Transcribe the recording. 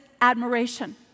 admiration